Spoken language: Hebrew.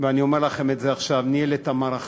ואני אומר לכם את זה עכשיו, ניהל את המערכה